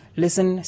listen